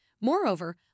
Moreover